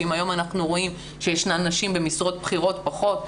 שאם היום אנחנו רואים שישנן נשים במשרות בכירות פחות,